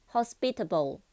Hospitable